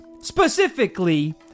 specifically